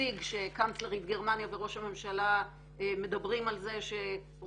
הציג שקאנצלרית גרמניה וראש הממשלה מדברים על זה שראש